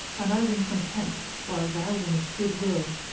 and i win contempt while thou winnest good will.